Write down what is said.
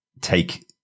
take